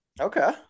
Okay